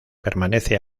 permanece